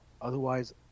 Otherwise